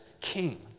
king